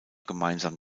gemeinsam